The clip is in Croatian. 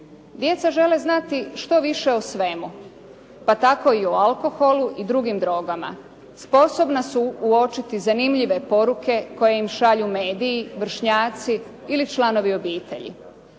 Djeca žele znati što više o svemu pa tako i o alkoholu i drugim drogama. Sposobna su uočiti zanimljive poruke koje im šalju mediji, vršnjaci ili članovi obitelji.